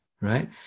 right